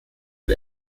und